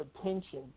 attention